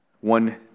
One